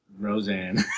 Roseanne